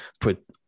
put